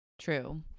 true